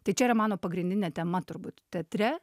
tai čia yra mano pagrindinė tema turbūt teatre